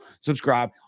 subscribe